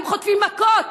הם חוטפים מכות.